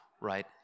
right